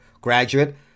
graduate